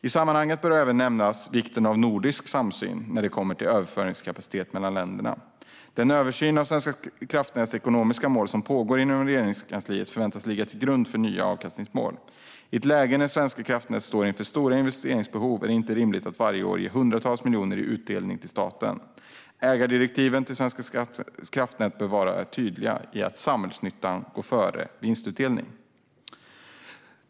I sammanhanget bör även nämnas vikten av en nordisk samsyn när det gäller överföringskapaciteten mellan länderna. Den översyn av Svenska kraftnäts ekonomiska mål som pågår inom Regeringskansliet väntas ligga till grund för nya avkastningsmål. I ett läge där Svenska kraftnät står inför stora investeringsbehov är det inte rimligt att varje år ge hundratals miljoner i utdelning till staten. Ägardirektiven till Svenska kraftnät bör vara tydliga i att samhällsnyttan ska gå före vinstutdelning.